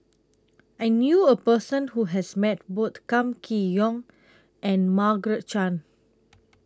I knew A Person Who has Met Both Kam Kee Yong and Margaret Chan